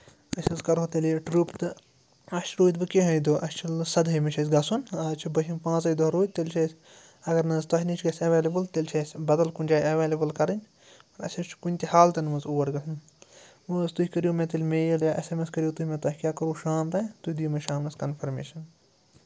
أسۍ حظ کَرہو تیٚلہِ یہِ ٹٕرٛپ تہٕ اَسہِ روٗدۍ وۄنۍ کِہَے دۄہ اَسہِ چھُ سدہٲیمہِ چھُ اَسہِ گژھُن آز چھِ بٔہِم پانٛژَے دۄہ روٗدۍ تیٚلہِ چھِ اَسہِ اگر نہٕ حظ تۄہہِ نِش گَژھِ اٮ۪وٮ۪لیبٕل تیٚلہِ چھِ اَسہِ بَدل کُنہِ جایہِ اٮ۪وٮ۪لیبٕل کَرٕنۍ اَسہِ حظ چھُ کُنہِ تہِ حالتن منٛز اور گژھُن وۄنۍ حظ تُہۍ کٔرِو مےٚ تیٚلہِ میل یا اٮ۪س اٮ۪م اٮ۪س کٔرِو تُہۍ مےٚ تۄہہِ کیٛاہ کوٚروٗ شام تام تُہۍ دِیِو مےٚ شامَس کَنفَرمیشَن